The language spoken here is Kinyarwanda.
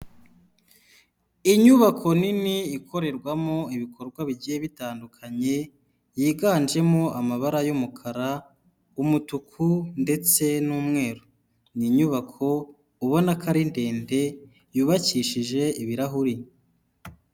Inyubako nini ikorerwamo ibikorwa bigiye bitandukanye yiganjemo amabara y'umukara, umutuku ndetse n'umweru. Ni inyubako ubona ko ari ndende yubakishije ibirahuri.